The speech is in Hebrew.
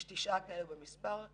יש תשעה נעולים